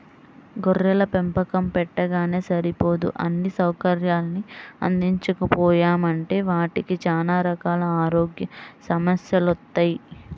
గొర్రెల పెంపకం పెట్టగానే సరిపోదు అన్నీ సౌకర్యాల్ని అందించకపోయామంటే వాటికి చానా రకాల ఆరోగ్య సమస్యెలొత్తయ్